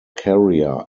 carrier